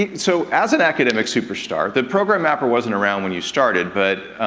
yeah so as an academic superstar, the program mapper wasn't around when you started. but,